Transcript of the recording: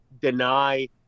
deny